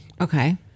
Okay